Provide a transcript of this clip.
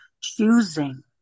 choosing